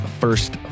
first